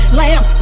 lamb